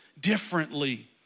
differently